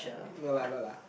no lah no lah